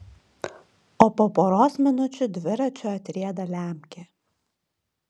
o po poros minučių dviračiu atrieda lemkė